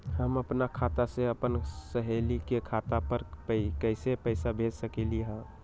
हम अपना खाता से अपन सहेली के खाता पर कइसे पैसा भेज सकली ह?